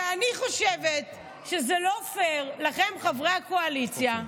כי אני חושבת שזה לא פייר לכם, חברי הקואליציה,